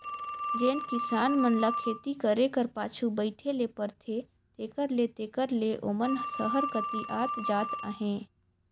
जेन किसान मन ल खेती करे कर पाछू बइठे ले परथे तेकर ले तेकर ले ओमन सहर कती आत जात अहें